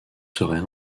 serait